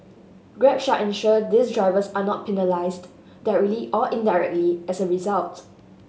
grab shall ensure these drivers are not penalised directly or indirectly as a result